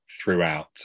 throughout